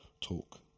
talk